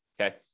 Okay